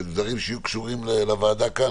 שיהיו קשורים לוועדה כאן